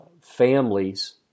families